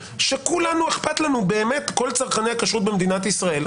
שכולנו אכפת לנו כל צרכני הכשרות במדינת ישראל,